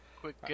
Quick